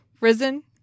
risen